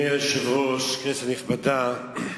היושב-ראש, כנסת נכבדה,